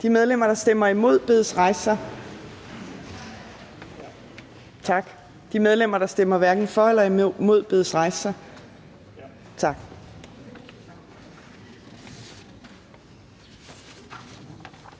De medlemmer, der stemmer imod, bedes rejse sig. Tak. De medlemmer, der stemmer hverken for eller imod, bedes rejse sig. Tak.